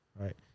right